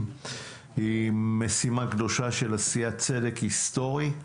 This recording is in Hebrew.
היא משימה קדושה של עשיית צדק היסטורי.